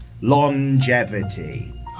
longevity